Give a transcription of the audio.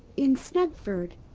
in snuggford.